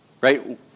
right